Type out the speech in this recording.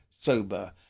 sober